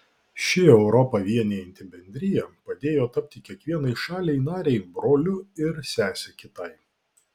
ši europą vienijanti bendrija padėjo tapti kiekvienai šaliai narei broliu ir sese kitai